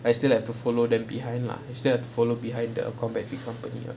I still have to follow them behind lah I still have to follow behind the combat fit company lah